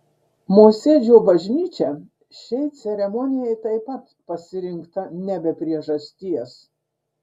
mosėdžio bažnyčia šiai ceremonijai taip pat pasirinkta ne be priežasties